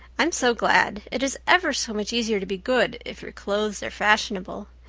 i'm so glad. it is ever so much easier to be good if your clothes are fashionable.